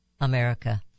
America